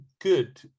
good